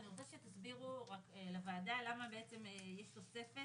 אני רוצה שתסבירו רק לוועדה למה בעצם יש תוספת